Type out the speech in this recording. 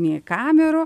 nei kamerų